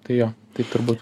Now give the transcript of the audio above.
tai jo taip turbūt